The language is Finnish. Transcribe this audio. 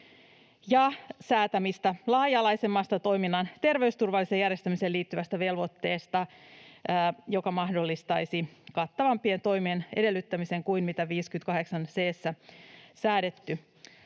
ja säätämistä laaja-alaisemmasta toiminnan terveysturvalliseen järjestämiseen liittyvästä velvoitteesta, joka mahdollistaisi kattavampien toimien edellyttämisen kuin mitä 58 c